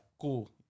cool